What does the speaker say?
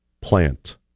plant